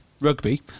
rugby